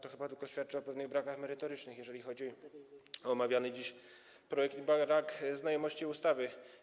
To chyba świadczy tylko o pewnych brakach merytorycznych, jeżeli chodzi o omawiany dziś projekt, o braku znajomości ustawy.